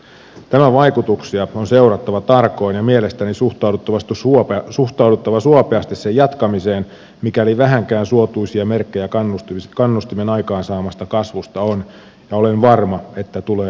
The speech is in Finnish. tämän vaikutuksia on seurattava tarkoin ja mielestäni suhtauduttava suopeasti sen jatkamiseen mikäli vähänkään suotuisia merkkejä kannustimen aikaansaamasta kasvusta on ja olen varma että tulee olemaan